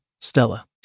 Stella